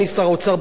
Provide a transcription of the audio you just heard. לצערי,